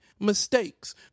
mistakes